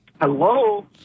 Hello